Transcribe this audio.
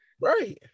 Right